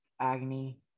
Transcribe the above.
agony